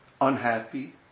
unhappy